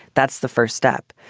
that's the first step.